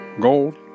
Gold